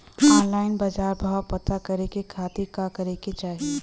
Online बाजार भाव पता करे के खाती का करे के चाही?